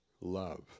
Love